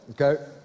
okay